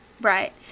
Right